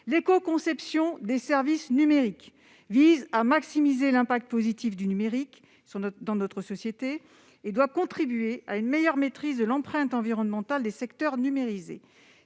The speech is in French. L'écoconception des services numériques vise à maximiser l'impact positif du numérique sur notre société ; elle doit contribuer à une meilleure maîtrise de l'empreinte environnementale des secteurs numérisés.